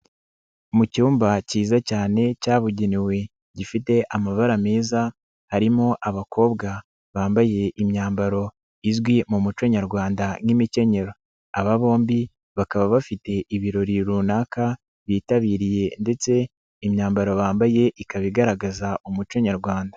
Mu cyumba kiza cyane cyabugenewe gifite amabara meza harimo abakobwa bambaye imyambaro izwi mu muco nyarwanda nk'imikenyero, aba bombi bakaba bafite ibirori runaka bitabiriye ndetse imyambaro bambaye ikaba igaragaza umuco nyarwanda.